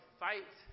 fight